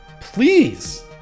please